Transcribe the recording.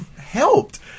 helped